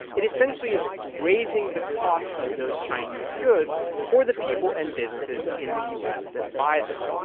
it essentially is raising the cost of those chinese goods for the people and businesses in the u s. that buy them.